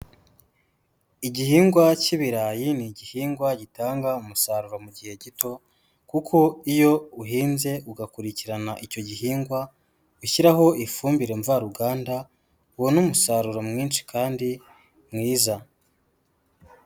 Igihingwa cy'ibirayi ni igihingwa gitanga umusaruro mu gihe gito kuko iyo uhinze ugakurikirana icyo gihingwa ushyiraho ifumbire mvaruganda, ubona umusaruro mwinshi kandi mwiza.